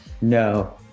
no